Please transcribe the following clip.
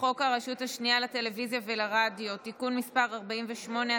הרשות השנייה לטלוויזיה ולרדיו (תיקון מס' 48),